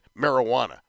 marijuana